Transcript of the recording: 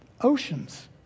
oceans